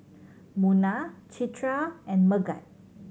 Munah Citra and Megat